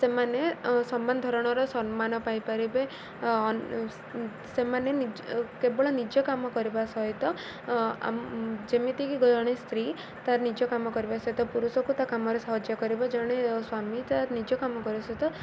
ସେମାନେ ସମାନ ଧରଣର ସମ୍ମାନ ପାଇପାରିବେ ସେମାନେ କେବଳ ନିଜ କାମ କରିବା ସହିତ ଯେମିତିକି ଜଣେ ସ୍ତ୍ରୀ ତାର ନିଜ କାମ କରିବା ସହିତ ପୁରୁଷକୁ ତା କାମରେ ସହଯୋଗ କରିବ ଜଣେ ସ୍ୱାମୀ ତାର ନିଜ କାମ କରିବା ସହିତ